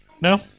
No